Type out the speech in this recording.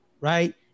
Right